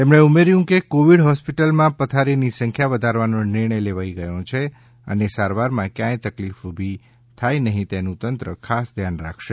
તેમણે ઉમેર્થું હતું કે કોવિડ હોસ્પિટલમાં પથારીની સંખ્યા વધારવાનો નિર્ણય લેવાઈ ગયો છે અને સારવારમાં ક્યાય તકલીફ ઊભી થાય નહીં તેનું તંત્ર ખાસ ધ્યાન રાખશે